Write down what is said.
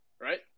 right